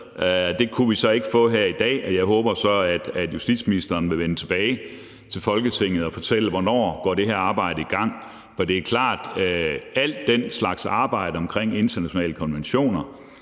det kunne vi så ikke få her i dag. Jeg håber så, at justitsministeren vil vende tilbage til Folketinget og fortælle, hvornår det her arbejde går i gang. For det er klart, at al den slags arbejde omkring internationale konventioner